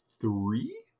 three